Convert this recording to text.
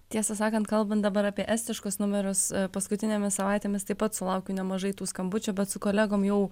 tiesą sakant kalbant dabar apie estiškus numerius paskutinėmis savaitėmis taip pat sulaukiu nemažai tų skambučių bet su kolegom jau